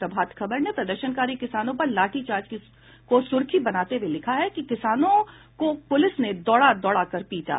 प्रभात खबर ने प्रदर्शनकारी किसानों पर लाठीचार्ज को सुर्खी बनाते हुये लिखा है किसानों को पुलिस ने दौड़ा दौड़ाकर पीटा